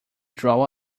draw